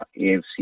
AFC